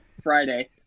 Friday